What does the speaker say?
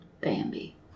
Bambi